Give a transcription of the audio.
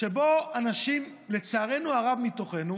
שבה אנשים, לצערנו הרב מתוכנו,